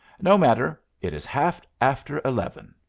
no matter. it is half after eleven.